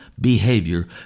behavior